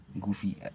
goofy